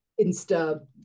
Insta